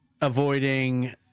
Avoiding